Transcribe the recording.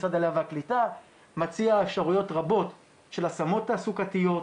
משרד העלייה והקליטה מציע אפשרויות רבות של השמות תעסוקתיות,